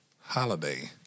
holiday